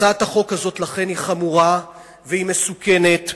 הצעת החוק הזאת, לכן, היא חמורה והיא מסוכנת,